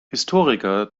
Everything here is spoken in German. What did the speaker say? historiker